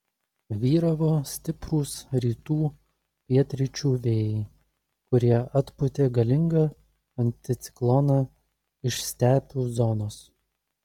vyravo stiprūs rytų pietryčių vėjai kurie atpūtė galingą anticikloną iš stepių zonos